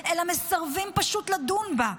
אלא מסרבים פשוט לדון בה.